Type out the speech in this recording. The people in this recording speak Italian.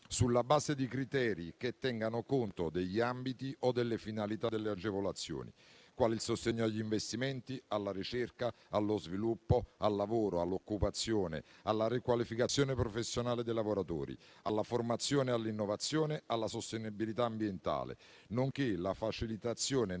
sulla base di criteri che tengano conto degli ambiti o delle finalità delle agevolazioni, quali: il sostegno agli investimenti, alla ricerca, allo sviluppo, al lavoro, all'occupazione, alla riqualificazione professionale dei lavoratori, alla formazione, all'innovazione, alla sostenibilità ambientale; nonché la facilitazione nell'accesso